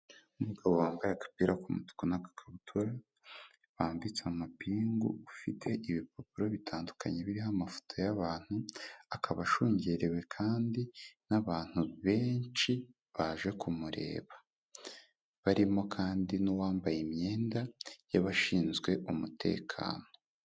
Umugabo wambaye agapira k'umutuku n'agakabutura bambitse amapingu ufite ibipapuro bitandukanye biriho amafoto y'abantu akaba ashungerewe kandi n'abantu benshi baje kumureba, barimo kandi n'uwambaye imyenda y'abashinzwe umutekano.